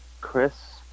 chris